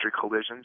collisions